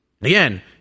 Again